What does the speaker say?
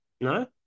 No